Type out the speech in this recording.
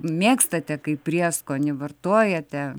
mėgstate kaip prieskonį vartojate